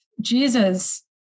Jesus